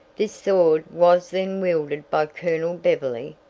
this sword was then wielded by colonel beverley,